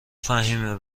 فهیمه